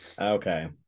Okay